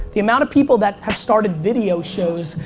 the amount of people that have started video shows,